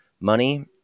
money